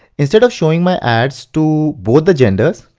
instead of showing my ads to both the genders,